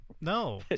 No